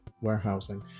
warehousing